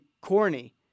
corny